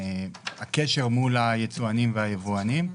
הקשר מול היצואנים והיבואנים,